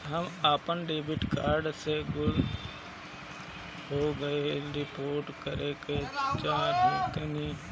हम अपन debit card के गुम होने की रिपोर्ट करे चाहतानी